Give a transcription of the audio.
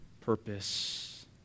purpose